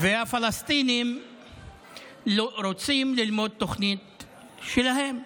והפלסטינים רוצים ללמוד תוכנית שלהם,